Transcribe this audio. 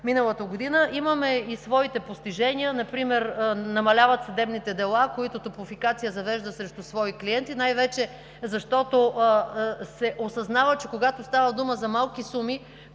миналата година. Имаме и своите постижения, например намаляват съдебните дела, които Топлофикация завежда срещу свои клиенти, най-вече защото се осъзнава, че когато става дума за малки суми,